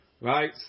Right